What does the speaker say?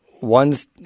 one's